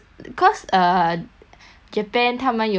japan 他们有这个 game called ah